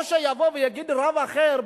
או שיבוא ויגיד רב אחר: